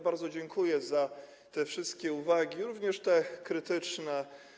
Bardzo dziękuję za wszystkie uwagi, również te krytyczne.